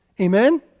Amen